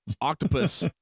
octopus